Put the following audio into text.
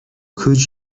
could